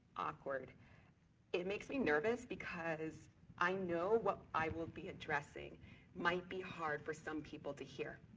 awkward it makes me nervous because i know what i will be addressing might be hard for some people to hear.